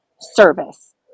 service